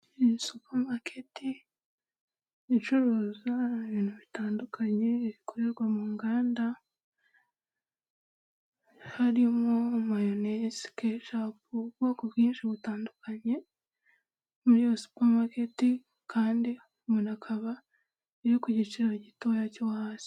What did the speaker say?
Iyi ni supamaketi icuruza ibintu bitandukanye bikorerwa mu nganda, harimo mayoneze, kecapu, ubwoko bwinshi butandukanye, muri iyo supamaketi kandi umuntu akaba iri ku giciro gitoya cyo hasi.